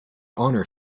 honor